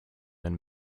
and